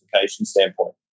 standpoint